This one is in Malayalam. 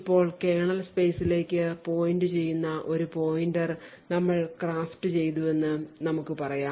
ഇപ്പോൾ കേർണൽ സ്പെയ്സിലേക്ക് പോയിന്റുചെയ്യുന്ന ഒരു പോയിന്റർ ഞങ്ങൾ ക്രാഫ്റ്റ് ചെയ്തുവെന്ന് നമുക്ക് പറയാം